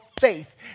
faith